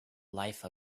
life